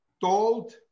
told